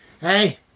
hey